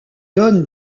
donne